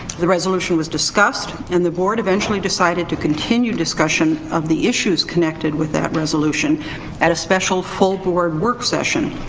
the resolution was discussed and the board eventually decided to continue discussion of the issues connected with that resolution at a special full board work session,